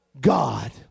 God